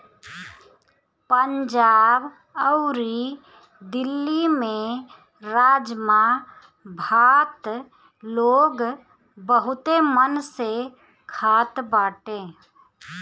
पंजाब अउरी दिल्ली में राजमा भात लोग बहुते मन से खात बाटे